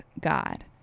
God